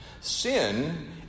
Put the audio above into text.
Sin